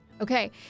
Okay